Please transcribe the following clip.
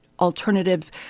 alternative